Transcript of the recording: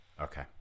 Okay